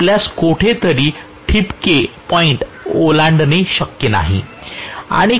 आपल्यास कोठेतरी ठिपके ओलांडणे शक्य नाही